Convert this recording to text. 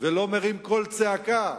ולא מרים קול צעקה,